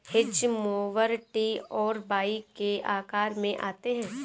hedge mower T और Y के आकार में आते हैं